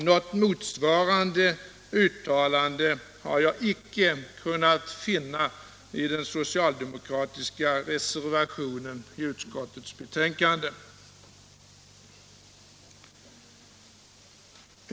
Något motsvarande uttalande har jag icke kunnat finna i den socialdemokratiska reservationen vid utskottets betänkande.